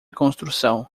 construção